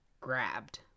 grabbed